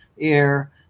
air